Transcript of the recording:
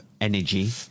energy